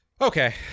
Okay